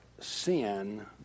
sin